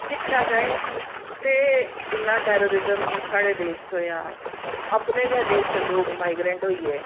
दिक्खे जाएआ ते इ'न्ना टैरिरिज्म साढ़े देश च होएआ अपने गै देश च लोक माइग्रैंट होइये